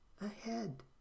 ahead